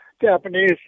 Japanese